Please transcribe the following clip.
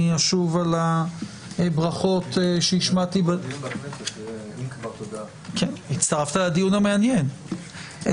אני אשוב על הברכות שהשמעתי ----- הצטרפת לדיון המעניין.